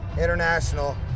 international